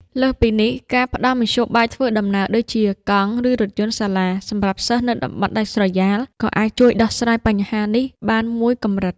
លើសពីនេះ ការផ្តល់មធ្យោបាយធ្វើដំណើរដូចជាកង់ ឬរថយន្តសាលាសម្រាប់សិស្សនៅតំបន់ដាច់ស្រយាលក៏អាចជួយដោះស្រាយបញ្ហានេះបានមួយកម្រិត។